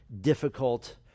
difficult